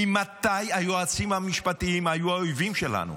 ממתי היועצים המשפטיים היו האויבים שלנו?